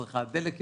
צריכת הדלק ירדה,